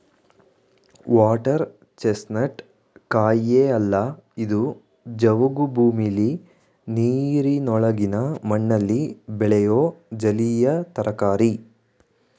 water chestnut ಕಾಯಿಯೇ ಅಲ್ಲ ಇದು ಜವುಗು ಭೂಮಿಲಿ ನೀರಿನೊಳಗಿನ ಮಣ್ಣಲ್ಲಿ ಬೆಳೆಯೋ ಜಲೀಯ ತರಕಾರಿ